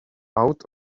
out